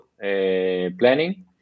planning